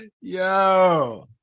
Yo